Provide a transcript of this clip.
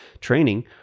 training